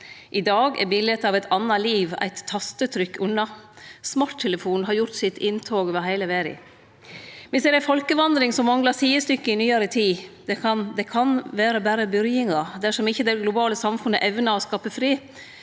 I dag er biletet av eit anna liv eit tastetrykk unna. Smarttelefonen har gjort sitt inntog over heile verda. Me ser ei folkevandring som manglar sidestykke i nyare tid. Det kan vere berre byrjinga dersom ikkje det globale samfunnet evnar å skape fred,